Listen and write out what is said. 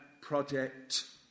project